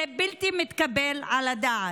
זה בלתי מתקבל על הדעת.